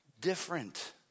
different